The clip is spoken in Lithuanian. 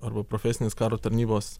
arba profesinės karo tarnybos